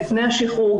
לפני השחרור,